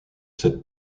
cette